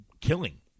killing